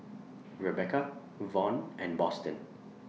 Rebecca Von and Boston